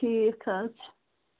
ٹھیٖک حظ چھُ